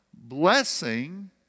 blessing